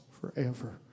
forever